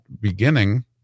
beginning